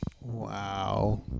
Wow